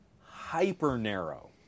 hyper-narrow